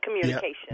communication